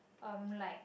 um like